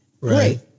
right